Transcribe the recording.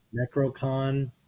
Necrocon